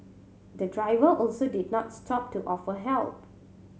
the driver also did not stop to offer help